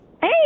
Hey